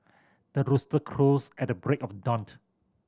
the rooster crows at the break of dawn